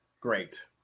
Great